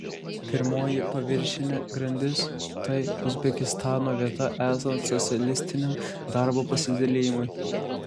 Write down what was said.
pirmoji paviršinė grandis tai uzbekistano vieta esant socialistiniam darbo pasidalijimui